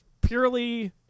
purely